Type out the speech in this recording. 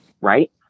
Right